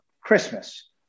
Christmas